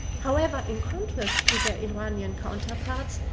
however, in contrast to their iranian counterparts,